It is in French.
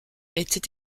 était